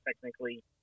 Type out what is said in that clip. technically